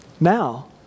Now